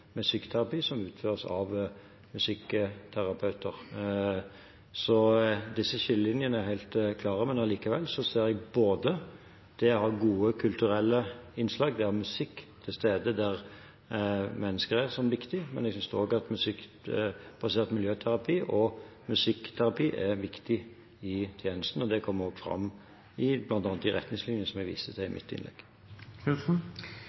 gjelder musikkterapi, som utføres av musikkterapeuter. Disse skillelinjene er helt klare. Jeg ser likevel at det å ha gode kulturelle innslag der musikk er til stede, er viktig, men jeg synes også at musikkbasert miljøterapi og musikkterapi er viktig i tjenesten. Det kommer også fram bl.a. i retningslinjene som jeg viste til i